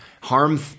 Harm